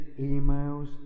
emails